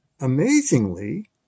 amazingly